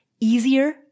easier